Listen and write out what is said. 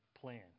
plan